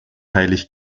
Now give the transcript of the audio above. heilig